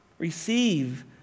Receive